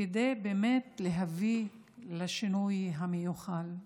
כדי באמת להביא לשינוי המיוחל.